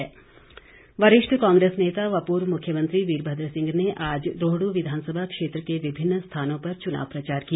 कांग्रेस वरिष्ठ कांग्रेस नेता व पूर्व मुख्यमंत्री वीरभद्र सिंह ने आज रोहड् विधानसभा क्षेत्र के विभिन्न स्थानों पर चुनाव प्रचार किया